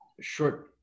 short